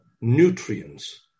nutrients